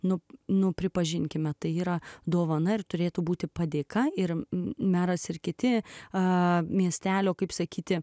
nu nu pripažinkime tai yra dovana ir turėtų būti padėka ir meras ir kiti a miestelio kaip sakyti